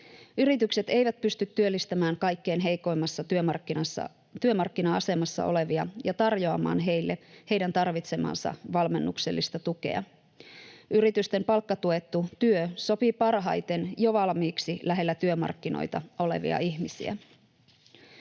Yritykset eivät pysty työllistämään kaikkein heikoimmassa työmarkkina-asemassa olevia ja tarjoamaan heille heidän tarvitsemaansa valmennuksellista tukea. Yritysten palkkatuettu työ sopii parhaiten jo valmiiksi lähellä työmarkkinoita olevia ihmisiä.